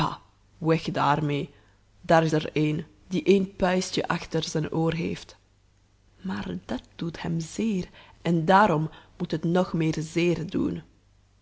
bah weg daarmee daar is er een die een puistje achter zijn oor heeft maar dat doet hem zeer en daarom moet het nog meer zeer doen